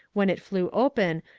when it flew open,